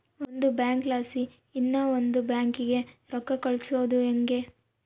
ಒಂದು ಬ್ಯಾಂಕ್ಲಾಸಿ ಇನವಂದ್ ಬ್ಯಾಂಕಿಗೆ ರೊಕ್ಕ ಕಳ್ಸೋದು ಯಂಗೆ